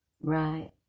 Right